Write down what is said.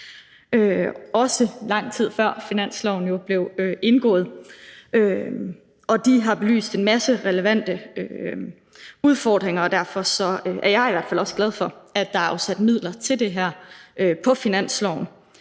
også lang tid før aftalen om finansloven blev indgået, og de har belyst en masse relevante udfordringer. Derfor er jeg i hvert fald også glad for, at der er afsat midler til det her på finansloven,